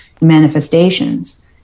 manifestations